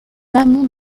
amont